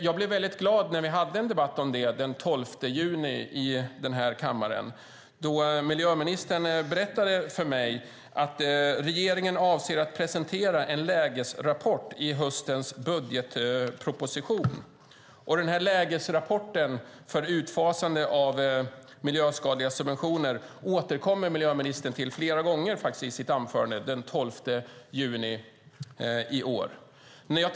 Jag blev väldigt glad när vi hade en debatt om det den 12 juni i den här kammaren, då miljöministern berättade för mig att regeringen avsåg att presentera en lägesrapport i höstens budgetproposition. Lägesrapporten för utfasande av miljöskadliga subventioner återkom miljöministern till flera gånger i sitt anförande den 12 juni i år.